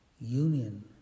union